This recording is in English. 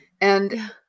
And-